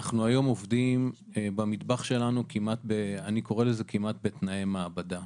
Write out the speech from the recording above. אנחנו היום עובדים במטבח שלנו כמעט בתנאי מעבדה.